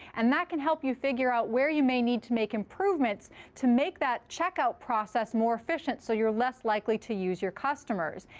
and that can help you figure out where you may need to make improvements to make that check-out process more efficient so you're less likely to use your customers.